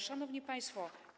Szanowni Państwo!